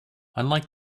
unlike